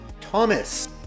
Thomas